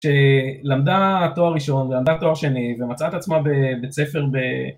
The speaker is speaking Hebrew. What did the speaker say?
שלמדה תואר ראשון ולמדה תואר שני ומצאת עצמה בית ספר